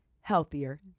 healthier